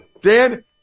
Dan